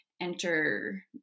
enter